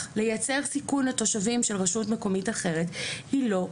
לייצר סיכון לתושבים של רשות מקומית אחרת היא לא נאותה,